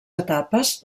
etapes